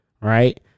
right